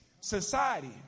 society